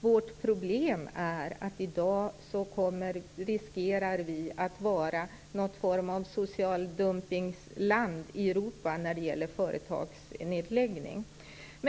Vårt problem är att vårt land i dag riskerar att bli utsatt för social dumpning i Europa när det gäller företagsnedläggning.